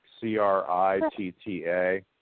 C-R-I-T-T-A